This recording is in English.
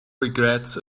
regrets